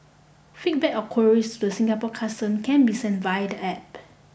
feedback or queries to the Singapore Custom can be sent via the App